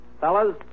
Fellas